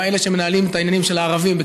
אלה שמנהלים את העניינים של הערבים שם,